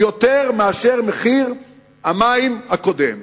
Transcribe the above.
יותר מאשר מחיר המים הקודם.